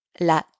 la